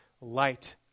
light